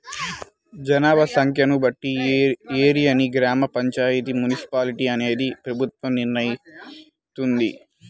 జనాభా సంఖ్యను బట్టి ఏరియాని గ్రామ పంచాయితీ, మున్సిపాలిటీ అనేది ప్రభుత్వం నిర్ణయిత్తది